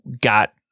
got